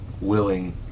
willing